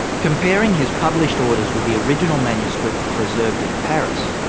comparing his published orders with the original manuscript preserved in paris,